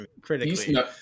Critically